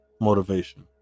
motivation